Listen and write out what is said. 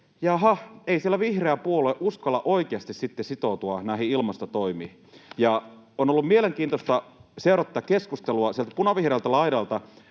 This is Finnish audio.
jaaha, ei siellä vihreä puolue uskalla oikeasti sitten sitoutua näihin ilmastotoimiin. On ollut mielenkiintoista seurata tätä keskustelua. Sieltä punavihreältä laidalta